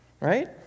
Right